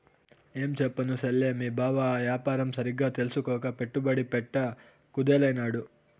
ఏంచెప్పను సెల్లే, మీ బావ ఆ యాపారం సరిగ్గా తెల్సుకోక పెట్టుబడి పెట్ట కుదేలైనాడు